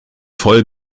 voll